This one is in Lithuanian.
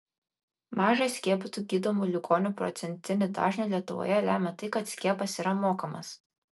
mažą skiepytų gydomų ligonių procentinį dažnį lietuvoje lemia tai kad skiepas yra mokamas